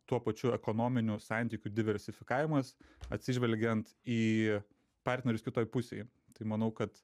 tuo pačiu ekonominių santykių diversifikavimas atsižvelgiant į partnerius kitoj pusėj tai manau kad